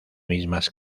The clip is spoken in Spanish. mismas